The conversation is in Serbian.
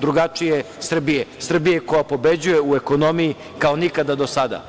drugačije Srbije, Srbija koja pobeđuje u ekonomiji kao nikada do sada.